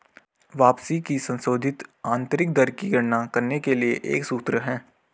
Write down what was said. वापसी की संशोधित आंतरिक दर की गणना करने के लिए एक सूत्र है